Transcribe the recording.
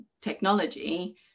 technology